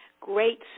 great